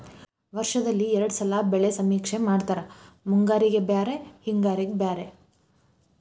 ವರ್ಷದಲ್ಲಿ ಎರ್ಡ್ ಸಲಾ ಬೆಳೆ ಸಮೇಕ್ಷೆ ಮಾಡತಾರ ಮುಂಗಾರಿಗೆ ಬ್ಯಾರೆ ಹಿಂಗಾರಿಗೆ ಬ್ಯಾರೆ